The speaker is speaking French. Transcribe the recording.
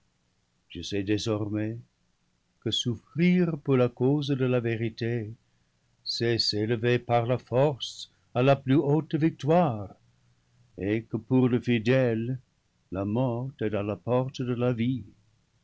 je sais désormais que souffrir pour la cause de la vérité c'est s'élever par la force à la plus haute victoire et que pour le fidèle la mort est à la porte de la vie